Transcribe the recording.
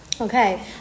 Okay